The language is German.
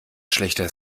schlechter